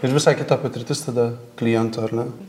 ir visai kita patirtis tada kliento ar ne